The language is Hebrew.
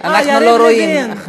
אנחנו לא רואים.